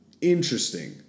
interesting